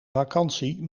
vakantie